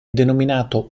denominato